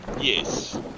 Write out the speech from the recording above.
yes